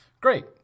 great